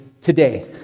today